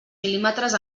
mil·límetres